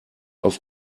auf